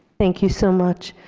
thank you so much.